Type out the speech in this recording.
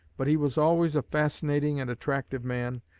but he was always a fascinating and attractive man,